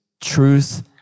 truth